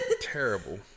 Terrible